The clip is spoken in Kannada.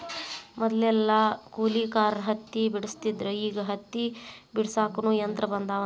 ಮದಲೆಲ್ಲಾ ಕೂಲಿಕಾರರ ಹತ್ತಿ ಬೆಡಸ್ತಿದ್ರ ಈಗ ಹತ್ತಿ ಬಿಡಸಾಕುನು ಯಂತ್ರ ಬಂದಾವಂತ